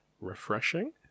refreshing